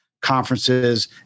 conferences